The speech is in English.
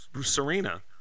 Serena